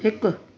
हिकु